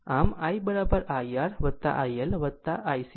આમ IIR IL IC